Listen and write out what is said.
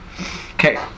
Okay